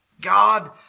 God